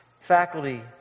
faculty